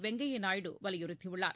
வெங்கைய்யா நாயுடு வலியுறுத்தியுள்ளார்